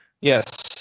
yes